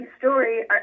story